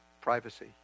privacy